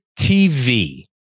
tv